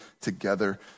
together